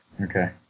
okay